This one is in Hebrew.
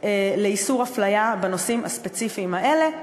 לאיסור הפליה בנושאים הספציפיים האלה,